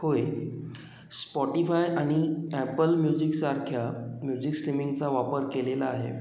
होय स्पॉटिफाय आणि ॲपल म्युझिकसारख्या म्युझिक स्ट्रीमिंगचा वापर केलेला आहे